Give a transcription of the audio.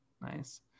Nice